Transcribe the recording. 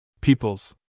Peoples